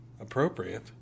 appropriate